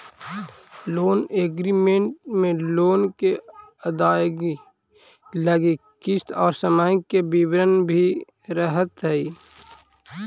loan agreement में loan के अदायगी लगी किस्त और समय के विवरण भी रहऽ हई